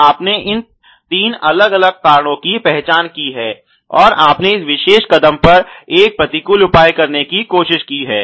तो आपने इन तीन अलग अलग कारणों की पहचान की है और आपने इस विशेष कदम पर एक प्रतिकूल उपाय करने की कोशिश की है